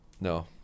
No